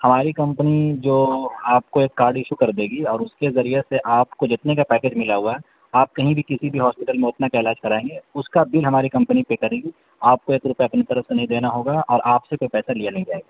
ہماری کمپنی جو آپ کو ایک کارڈ ایشو کر دے گی اور اس کے ذریعے سے آپ کو جتنے کا پیکیج ملا ہوا ہے آپ کہیں بھی کسی بھی ہاسپیٹل میں اتنے کا علاج کرائیں گے اس کا بل ہماری کمپنی پے کرے گی آپ کو ایک روپیہ اپنی طرف سے نہیں دینا ہوگا اور آپ سے کوئی پیسہ لیا نہیں جائے گا